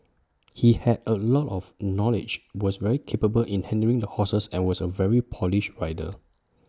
he had A lot of knowledge was very capable in handling the horses and was A very polished rider